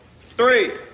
three